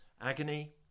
Agony